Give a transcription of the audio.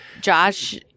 Josh